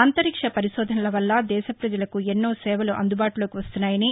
అంతరిక్ష పరిశోధన వల్ల దేశ పజలకు ఎన్నో సేవలు అందుబాటులోకి వస్తున్నాయని